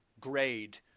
grade